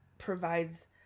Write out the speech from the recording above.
provides